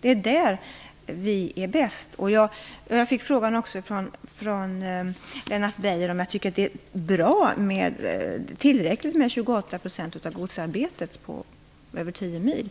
Där är vi bäst. Lennart Beijer frågade om jag tycker att det är tillräckligt att järnvägen svarar för 28 % av transportarbetet över tio mil.